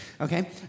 Okay